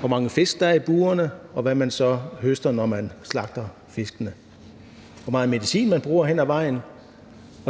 hvor mange fisk der er i burene, og hvad man så høster, når man slagter fiskene – og hvor meget medicin man bruger hen ad vejen.